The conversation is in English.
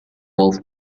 wolf